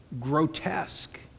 grotesque